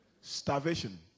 Starvation